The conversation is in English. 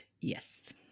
Yes